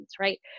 right